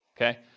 okay